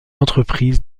entreprise